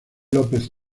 lópez